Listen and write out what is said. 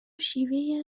شیوهای